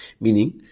Meaning